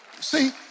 See